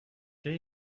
can